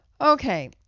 Okay